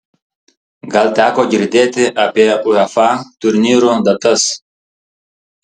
gal teko girdėti apie uefa turnyrų datas